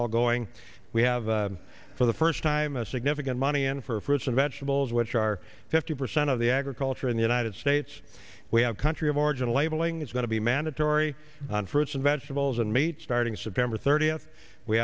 ethanol going we have for the first time a significant money in for fruits and vegetables which are fifty percent of the agriculture in the united states we have country of origin labeling is going to be mandatory on fruits and vegetables and meat starting september thirtieth we